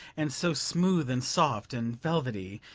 and so smooth and soft and velvety,